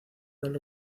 del